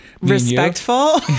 Respectful